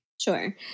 Sure